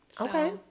Okay